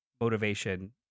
motivation